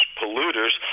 polluters